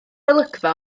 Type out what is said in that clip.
olygfa